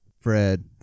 Fred